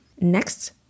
Next